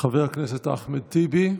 חבר הכנסת אחמד טיבי,